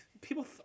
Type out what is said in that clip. people